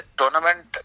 tournament